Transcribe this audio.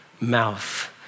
mouth